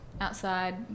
outside